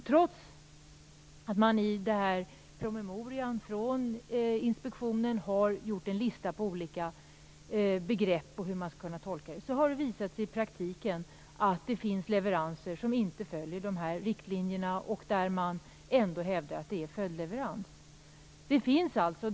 Trots att man i promemorian från inspektionen har gjort en lista över olika begrepp och hur man skulle kunna tolka dem har det visat sig att det i praktiken finns leveranser som inte följer dessa riktlinjer, men där man ändå hävdar att det är fråga om en följdleverans.